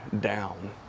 down